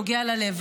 נוגע ללב,